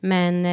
Men